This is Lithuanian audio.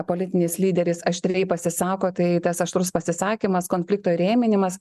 politinis lyderis aštriai pasisako tai tas aštrus pasisakymas konflikto įrėminimas